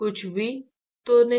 कुछ भी तो नहीं